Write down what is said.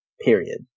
Period